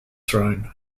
throne